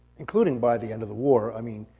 including by the end of the war, i mean,